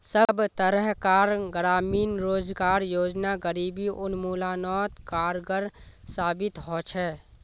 सब तरह कार ग्रामीण रोजगार योजना गरीबी उन्मुलानोत कारगर साबित होछे